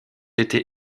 été